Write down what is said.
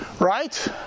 right